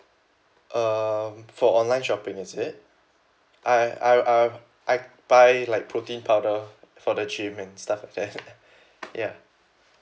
uh for online shopping is it I I'll I'll I buy like protein powder for the gym and stuff like that ya